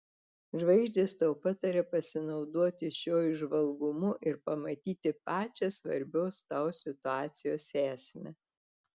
žvaigždės tau pataria pasinaudoti šiuo įžvalgumu ir pamatyti pačią svarbios tau situacijos esmę